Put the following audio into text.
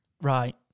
Right